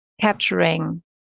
capturing